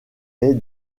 lait